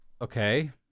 Okay